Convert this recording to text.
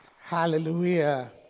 Hallelujah